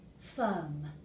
firm